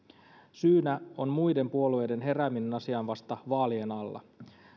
syynä on muiden puolueiden herääminen asiaan vasta vaalien alla